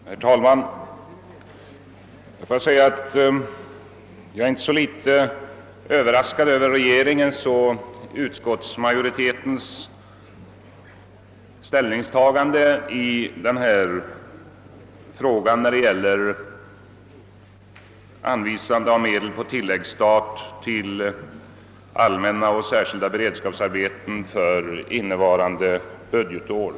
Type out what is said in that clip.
Herr talman! Jag får säga att jag är inte så litet överraskad över regeringens och utskottsmajoritetens ställningstagande i denna fråga när det gäller anvisande av medel på tilläggsstat till allmänna och särskilda beredskapsarbeten för innevarande budgetår.